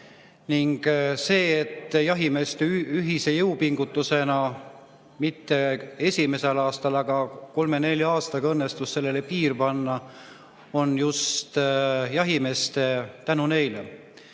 ning see, et jahimeeste ühise jõupingutusena mitte küll esimesel aastal, aga kolme kuni nelja aastaga õnnestus sellele piir panna, on just tänu jahimeestele.